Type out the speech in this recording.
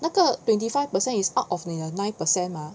那个 twenty five percent is out of 你的 nine percent mah